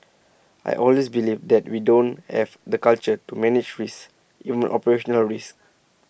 I always believe that we don't have the culture to manage risks even operational risks